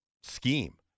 scheme